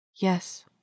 Yes